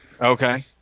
Okay